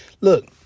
Look